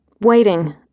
Waiting